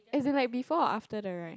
as in like before or after the ride